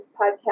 podcast